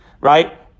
right